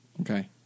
Okay